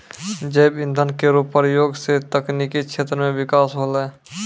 जैव इंधन केरो प्रयोग सँ तकनीकी क्षेत्र म बिकास होलै